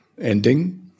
ending